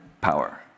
power